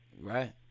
right